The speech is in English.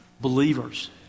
believers